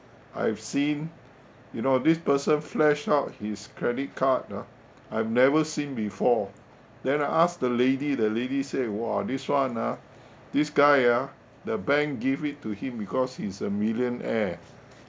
I've seen you know this person flash out his credit card ah I've never seen before then I ask the lady the lady say !wah! this [one] ah this guy ah the bank give it to him because he's a millionaire